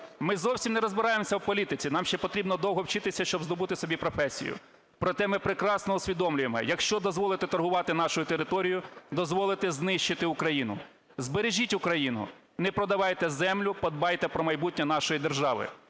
Ми зовсім не розбираємося в політиці, нам ще потрібно довго вчитися, щоб здобути собі професію. Проте ми прекрасно усвідомлюємо: якщо дозволити торгувати нашою територією – дозволити знищити Україну. Збережіть Україну, не продавайте землю, подбайте про майбутнє нашої держави".